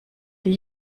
die